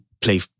play